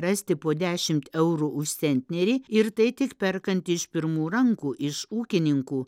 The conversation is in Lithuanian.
rasti po dešimt eurų už centnerį ir tai tik perkant iš pirmų rankų iš ūkininkų